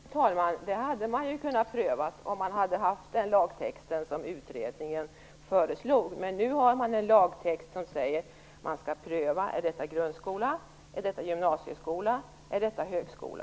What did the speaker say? Fru talman! Det hade man kunnat pröva om man hade haft den lagtext som utredningen föreslog, men nu har man en lagtext som säger att man skall pröva om detta är grundskola, gymnasieskola eller högskola